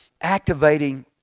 activating